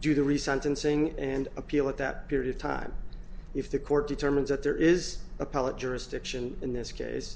do the resentencing and appeal at that period of time if the court determines that there is appellate jurisdiction in this case